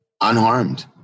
unharmed